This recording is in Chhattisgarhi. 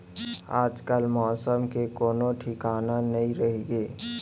आजकाल मौसम के कोनों ठिकाना नइ रइगे